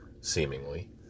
seemingly